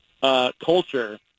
culture